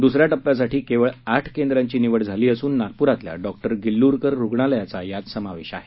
दुस या टप्प्यासाठी केवळ आठ केंद्राची निवड झाली असून नागपूरातल्या डॉ गिल्लूरकर रुग्णालयाचा समावेश आहे